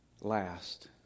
last